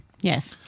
Yes